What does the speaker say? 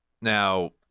Now